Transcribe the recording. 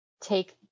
take